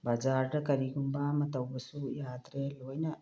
ꯕꯖꯥꯔꯗ ꯀꯔꯤꯒꯨꯝꯕ ꯑꯃ ꯇꯧꯕꯁꯨ ꯌꯥꯗ꯭ꯔꯦ ꯂꯣꯏꯅ